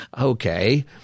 Okay